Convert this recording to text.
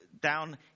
down